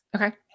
Okay